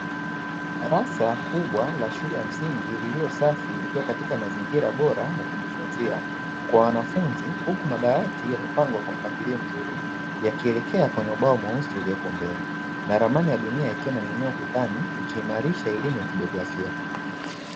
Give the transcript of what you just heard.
Darasa kubwa la shule ya msingi lililo safi likiwa katika mazingira bora ya kujifunzia kwa wanafunzi, huku madawati yamepangwa kwa mpangilio mzuri yakielekea kwenye ubao mweusi uliopo mbele; na ramani ya dunia ikiwa inaning'inia ukutani ikiimarisha elimu ya kijiografia.